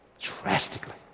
Drastically